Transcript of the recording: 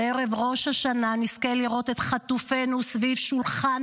שערב ראש השנה נזכה לראות את חטופינו סביב שולחן